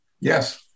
Yes